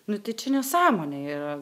nu tai čia nesąmonė yra